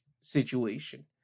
situation